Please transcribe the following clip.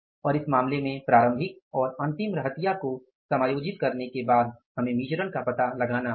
और इस मामले में प्रारंभिक और अंतिम रहतिया को समायोजित करने के बाद हमें विचरण का पता लगाना होगा